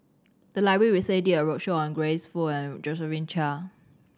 the library recently did a roadshow on Grace Fu and Josephine Chia